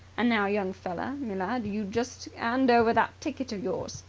and now, young feller me lad, you just and over that ticket of yours!